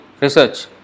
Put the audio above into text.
research